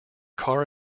car